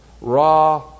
raw